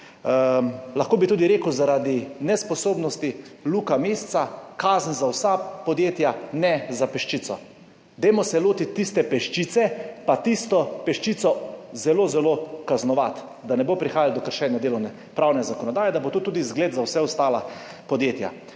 Lahko bi tudi rekel, da je zaradi nesposobnosti Luke Mesca kazen za vsa podjetja, ne za peščico. Dajmo se lotiti tiste peščice in tisto peščico zelo, zelo kaznovati, da ne bo prihajalo do kršenja delovnopravne zakonodaje, da bo to tudi zgled za vsa ostala podjetja.